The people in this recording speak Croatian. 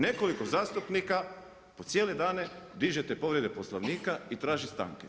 Nekoliko zastupnika po cijele dane dižu povredu Poslovnika i traže stanke.